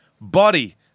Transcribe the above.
Body